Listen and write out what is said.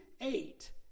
eight